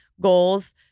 goals